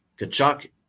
Kachuk